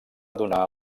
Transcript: donar